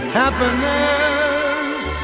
happiness